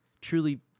truly